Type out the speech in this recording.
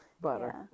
butter